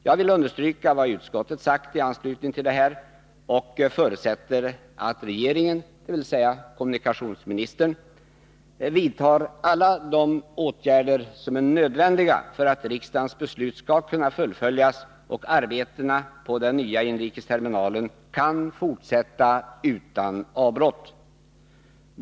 Jag vill understryka vad utskottet sagt i anslutning härtill och förutsätter att regeringen, dvs. kommunikationsministern, vidtar alla de åtgärder som är nödvändiga för att riksdagens beslut skall kunna fullföljas och arbetena på den nya inrikesterminalen fortsätta utan avbrott.